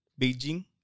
Beijing